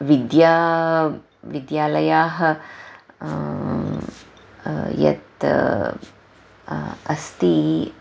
विद्या विद्यालयः यत् अस्ति